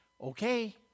Okay